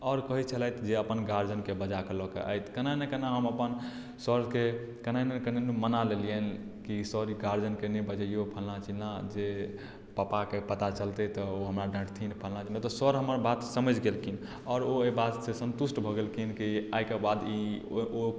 आओर कहै छलथि जे अपन गार्जियनकेँ बजाके लऽ आबि केना ने केना हम अपन सर केँ केनाहियो केनाहियो मना लेलियनि कि सर ई गार्जियन केँ नहि बजइयौ फलना चिलना जे पापाकेँ पता चलतै तऽ ओ हमरा डांँटथिन तऽ सर हमर बात समझि गेलखिन आओर ओ एहि बात से सन्तुष्ट भऽ गेलखिन कि आइ के बाद ई